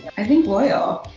i think loyal.